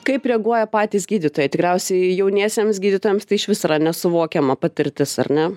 kaip reaguoja patys gydytojai tikriausiai jauniesiems gydytojams tai išvis yra nesuvokiama patirtis ar ne